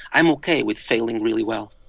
i'm ok with failing really well